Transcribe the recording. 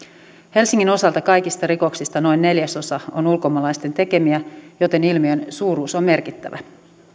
helsingin osalta kaikista rikoksista noin neljäsosa on ulkomaalaisten tekemiä joten ilmiön suuruus on merkittävä